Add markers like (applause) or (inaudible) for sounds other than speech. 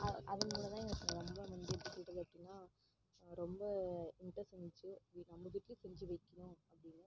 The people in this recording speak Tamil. அது (unintelligible) எங்களுக்கு ரொம்ப வந்து எப்படி சொல்கிறது அப்படின்னா ரொம்ப இன்ட்ரஸ்ட் இருந்துச்சு நம்ம வீட்டுலேயும் செஞ்சு வைக்கனும் அப்படினு